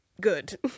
good